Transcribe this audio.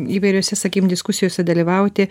įvairiose sakykim diskusijose dalyvauti